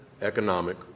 economic